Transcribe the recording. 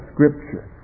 Scripture